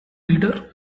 leader